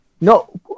No